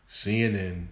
CNN